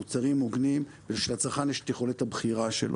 מוצרים הוגנים ושלצרכן יש את יכולת הבחירה שלו.